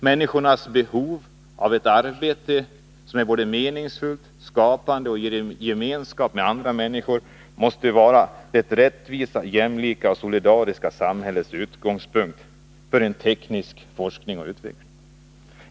Människors behov av ett arbete som är både meningsfullt och skapande och som ger gemenskap med andra människor måste vara det rättvisa, jämlika och solidariska samhällets utgångspunkt för teknisk forskning och utveckling.